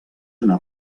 una